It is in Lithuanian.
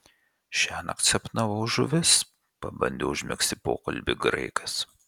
šiąnakt sapnavau žuvis pabandė užmegzti pokalbį graikas